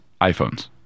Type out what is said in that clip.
iphones